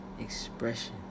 expression